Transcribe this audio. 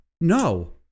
No